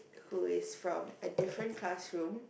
who is from a different classroom